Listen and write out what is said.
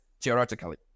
theoretically